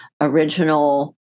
original